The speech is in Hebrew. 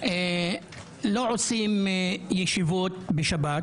לא עושים ישיבות בשבת